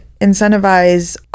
incentivize